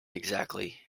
exactly